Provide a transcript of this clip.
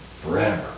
forever